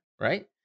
right